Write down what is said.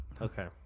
Okay